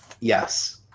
Yes